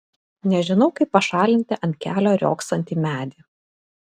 nežinau kaip pašalinti ant kelio riogsantį medį